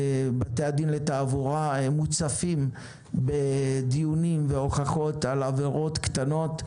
בתי דין לתעבורה מוצפים בדיונים ובהוכחות על עבירות קטנות.